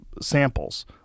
samples